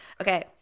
Okay